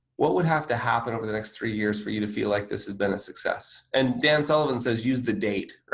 what would have to happen over the next three years for you to feel like this is been a success? and dan sullivan says, use the date.